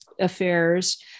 affairs